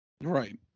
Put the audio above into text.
Right